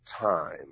time